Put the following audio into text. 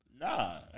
Nah